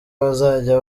bazajya